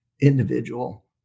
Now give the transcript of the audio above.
individual